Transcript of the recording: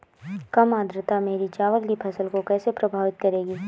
कम आर्द्रता मेरी चावल की फसल को कैसे प्रभावित करेगी?